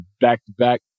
back-to-back